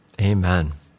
Amen